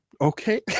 okay